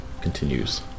continues